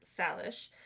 Salish